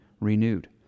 renewed